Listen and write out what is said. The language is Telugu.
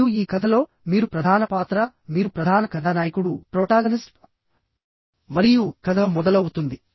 మరియు ఈ కథలో మీరు ప్రధాన పాత్ర మీరు ప్రధాన కథానాయకుడు మరియు కథ మొదలవుతుంది